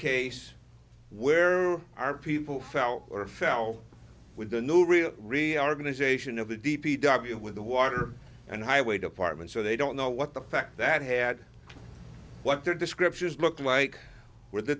case where our people fell or fell with no real reorganization of the d p w with the water and highway department so they don't know what the fact that had what their descriptions looked like were the